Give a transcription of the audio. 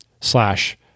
slash